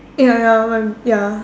eh ya ya oh my ya